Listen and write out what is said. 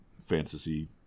fantasy